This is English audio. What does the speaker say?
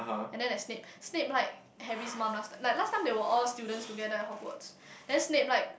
and then there's Snape Snape like Harry's mum last time like last time they were all students together at Hogwards then Snape like